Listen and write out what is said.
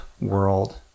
world